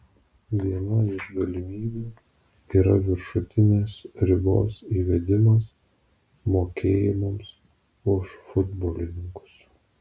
viena iš galimybių yra viršutinės ribos įvedimas mokėjimams už futbolininkus